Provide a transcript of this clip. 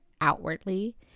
outwardly